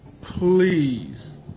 please